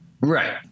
Right